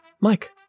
mike